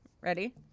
Ready